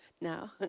now